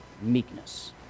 meekness